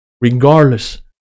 regardless